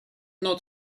not